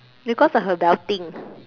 because of her belting